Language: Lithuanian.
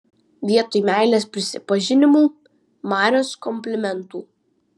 vietoj meilės prisipažinimų marios komplimentų